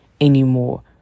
anymore